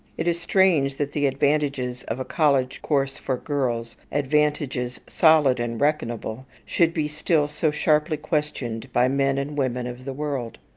it is strange that the advantages of a college course for girls advantages solid and reckonable should be still so sharply questioned by men and women of the world.